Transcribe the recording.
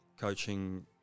coaching